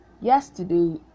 yesterday